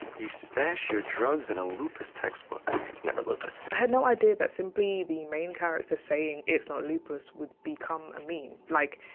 you stash your drugs in a lupus textbook. it's never lupus. i had no idea that simply the main character saying it's not lupus would become a meme. like,